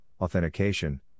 authentication